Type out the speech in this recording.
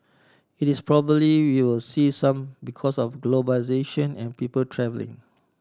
it is probably we will see some because of globalisation and people travelling